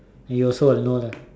and you also will know lah